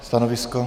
Stanovisko?